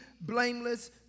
blameless